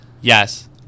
Yes